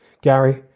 Gary